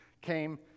came